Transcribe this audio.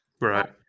Right